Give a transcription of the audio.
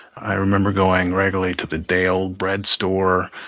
i remember going regularly to the day-old-bread store.